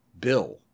Bill